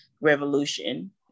revolution